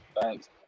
Thanks